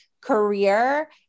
career